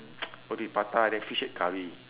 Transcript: roti prata then fish head curry